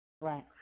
Right